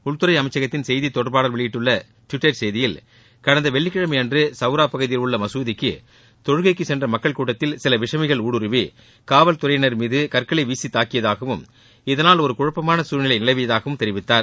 உள்துறை அமைச்சகத்தின் செய்தித் தொடர்பாளர் வெளியிட்டுள்ள டுவிட்டர் செய்தியில் கடந்த வெள்ளிக்கிழமை அன்று சௌரா பகுதியில் உள்ள மசூதிக்கு தொழுகைக்கு சென்ற மக்கள் கூட்டத்தில் சில விஷமிகளும் ஊடுருவி காவல்துறையினர் மீது கற்களை வீசி தாக்கியதாகவும் இதனால் ஒரு குழப்பான சூழ்நிலை நிலவியதாகவும் தெரிவித்தார்